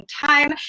time